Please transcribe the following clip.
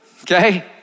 Okay